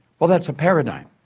well, that's a paradigm.